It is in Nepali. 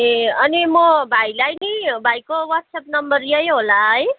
ए अनि म भाइलाई नि भाइको वाट्सएप नम्बर यही होला है